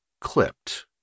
clipped